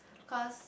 cause